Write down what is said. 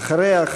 ואחריה,